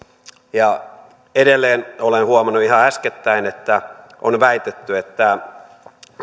edelleen olen huomannut ihan äskettäin että on väitetty että